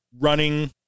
running